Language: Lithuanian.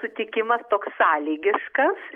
sutikimas toks sąlygiškas